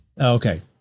Okay